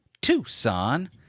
Tucson